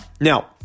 Now